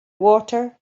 water